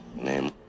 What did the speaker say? name